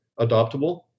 adoptable